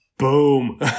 Boom